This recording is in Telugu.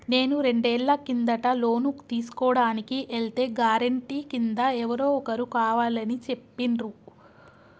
నేను రెండేళ్ల కిందట లోను తీసుకోడానికి ఎల్తే గారెంటీ కింద ఎవరో ఒకరు కావాలని చెప్పిండ్రు